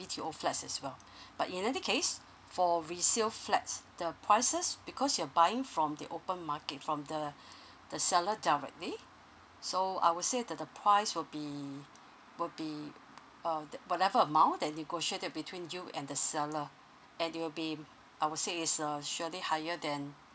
B_T_O flats as well but in another case for resale flats the prices because you're buying from the open market from the the seller directly so I would say that the price will be will be um the whatever amount that negotiated between you and the seller and they will be I will say is uh surely higher than